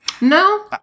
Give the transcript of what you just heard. No